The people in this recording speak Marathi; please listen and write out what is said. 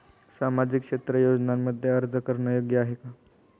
सामाजिक क्षेत्र योजनांमध्ये अर्ज करणे योग्य आहे का?